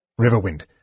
Riverwind